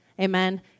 Amen